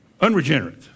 unregenerate